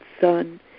Son